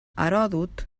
heròdot